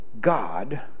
God